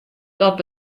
dat